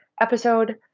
episode